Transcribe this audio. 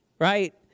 Right